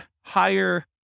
higher